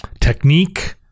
technique